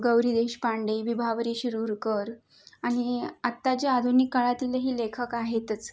गौरी देशपांडे विभावरी शिरुरकर आणि आत्ताचे आधुनिक काळातलेही लेखक आहेतच